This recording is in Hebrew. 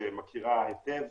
שמכירה היטב